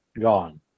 gone